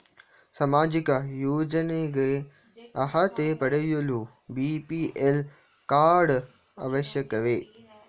ಸಾಮಾಜಿಕ ಯೋಜನೆಗೆ ಅರ್ಹತೆ ಪಡೆಯಲು ಬಿ.ಪಿ.ಎಲ್ ಕಾರ್ಡ್ ಅವಶ್ಯಕವೇ?